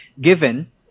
given